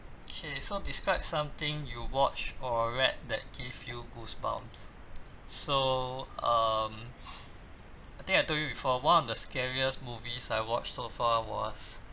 okay so describe something you watch or read that give you goosebumps so um I think I told you before one of the scariest movies I watch so far was